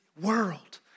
world